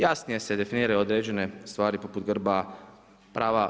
Jasnije se definiraju određene stvari poput grba, prava.